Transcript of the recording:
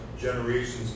generations